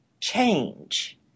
change